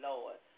Lord